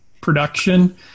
production